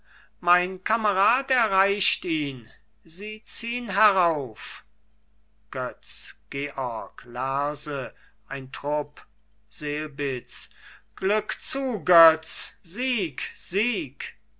mein kamerad erreicht ihn sie ziehn herauf götz georg lerse ein trupp selbitz glück zu götz sieg sieg